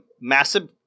massive